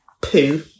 poo